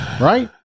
Right